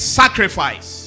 sacrifice